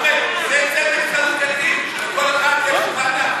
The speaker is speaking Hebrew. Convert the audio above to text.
אחמד, זה צדק חלוקתי: כל אחד, יש לו ועדה.